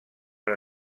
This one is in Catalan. per